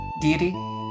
deity